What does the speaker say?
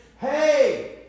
hey